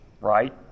right